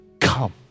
come